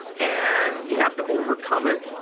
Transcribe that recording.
and you have to overcome it.